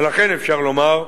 ולכן אפשר לומר,